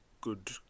good